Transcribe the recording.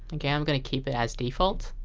and yeah i'm gonna keep it as defaut